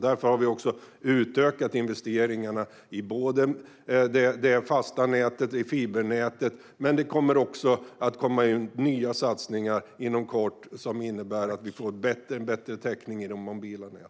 Därför har vi också utökat investeringarna i både det fasta nätet och fibernätet, och det kommer inom kort också nya satsningar som innebär att vi får bättre täckning i de mobila näten.